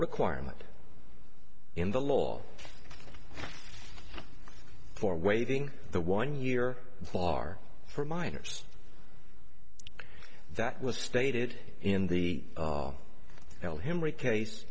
requirement in the law for waiving the one year bar for minors that was stated in the held him re case